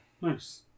Nice